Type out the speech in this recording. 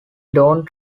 don’t